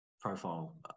profile